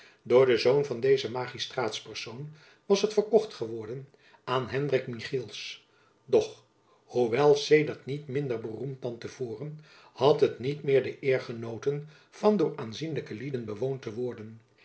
door den zoon van dezen magistraatspersoon was het verkocht geworden aan hendrik michiels doch hoewel sedert niet minder beroemd jacob van lennep elizabeth musch dan te voren had het niet meer de eer genoten van door aanzienlijke lieden bewoond te worden